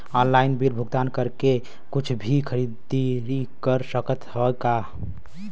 Online bill भुगतान करके कुछ भी खरीदारी कर सकत हई का?